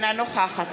אינה נוכחת